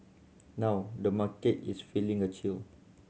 now the market is feeling a chill